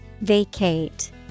Vacate